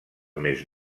més